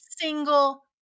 single